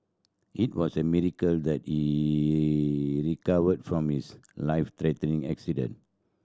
it was a miracle that he recovered from his life threatening accident